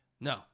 no